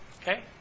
Okay